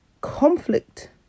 conflict